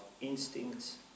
instincts